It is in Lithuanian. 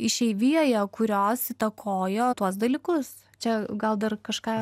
išeivijoje kurios įtakojo tuos dalykus čia gal dar kažką